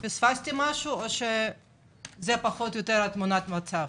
זו תמונת המצב,